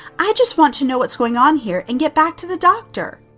i just want to know what's going on here, and get back to the doctor.